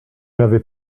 n’avez